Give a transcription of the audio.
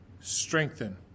strengthen